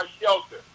shelter